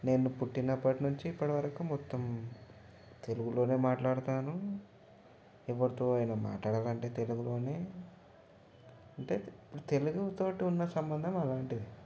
నేను పుట్టినప్పటి నుంచి ఇప్పటివరకు మొత్తం తెలుగులో మాట్లాడతాను ఎవరితో అయినా మాట్లాడాలి అంటే తెలుగులో అంటే తెలుగుతో ఉన్న సంబంధం అలాంటిది